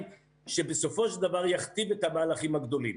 שבסופו של דבר יכתיב את המהלכים הגדולים.